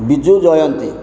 Biju Jayanti